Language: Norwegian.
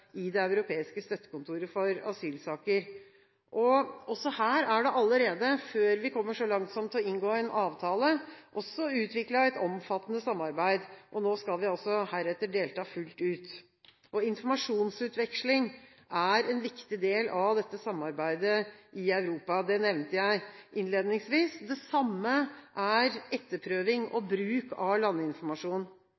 i Det europeiske støttekontoret på asylfeltet. Også her er det allerede, før vi kommer så langt som til å inngå en avtale, utviklet et omfattende samarbeid, og heretter skal vi altså delta fullt ut. Informasjonsutveksling er en viktig del av dette samarbeidet i Europa. Det nevnte jeg innledningsvis. Det samme er etterprøving og